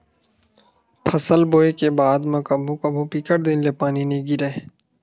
फसल बोये के बाद म कभू कभू बिकट दिन ले पानी नइ गिरय